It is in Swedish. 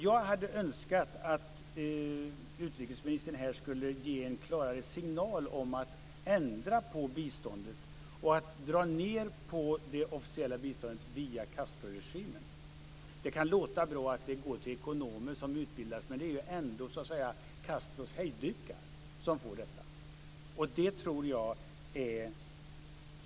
Jag hade önskat att utrikesministern här skulle ge en klarare signal om att ändra på biståndet och att man skulle dra ned på det officiella biståndet som går via Castroregimen. Det kan låta bra att biståndet går till utbildning av ekonomer, men det är ändå Castros hejdukar som får detta stöd.